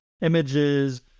images